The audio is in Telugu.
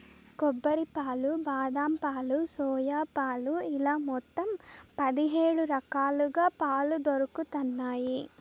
కొబ్బరి పాలు, బాదం పాలు, సోయా పాలు ఇలా మొత్తం పది హేడు రకాలుగా పాలు దొరుకుతన్నాయి